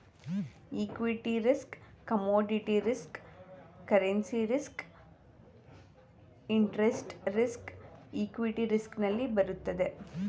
equity risk commodities risk currency risk interest risk equity risk ನಲ್ಲಿ ಬರುತ್ತವೆ